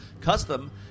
custom